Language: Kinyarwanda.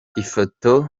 ifoto